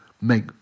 make